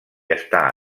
està